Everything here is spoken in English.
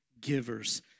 givers